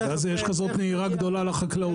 בגלל זה יש כזאת נהירה גדולה לחקלאות.